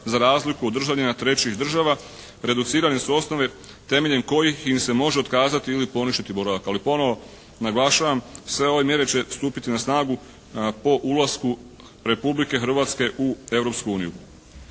za razliku od državljana trećih država, reducirane su osnove temeljem kojih im se može otkazati ili poništiti boravak. Ali ponovo naglašavam, sve ove mjere će stupiti na snagu po ulasku Republike Hrvatske u